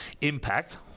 impact